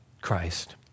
Christ